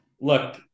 look